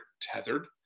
tethered